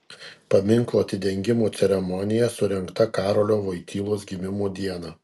paminklo atidengimo ceremonija surengta karolio voitylos gimimo dieną